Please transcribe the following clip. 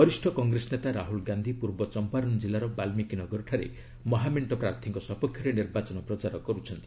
ବରିଷ୍ଣ କଗ୍ରେସ ନେତା ରାହୁଲ ଗାନ୍ଧୀ ପୂର୍ବ ଚମ୍ପାରନ୍ ଜିଲ୍ଲାର ବାଲ୍ଦ୍ରିକୀ ନଗରଠାରେ ମହାମେଣ୍ଟ ପ୍ରାର୍ଥୀଙ୍କ ସପକ୍ଷରେ ନିର୍ବାଚନ ପ୍ରଚାର କରୁଛନ୍ତି